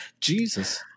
Jesus